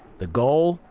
the goal?